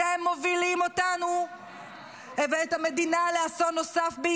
אתם מובילים אותנו ואת המדינה בעקביות לאסון נוסף,